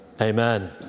Amen